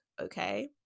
Okay